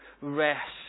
rest